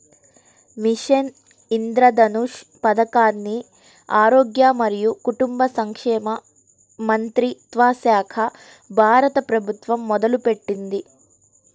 machine Indradhanush పథకాన్ని ఆరోగ్య మరియు కుటుంబ సంక్షేమ మంత్రిత్వశాఖ, భారత ప్రభుత్వం మొదలుపెట్టింది